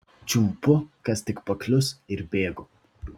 čiumpu kas tik paklius ir bėgu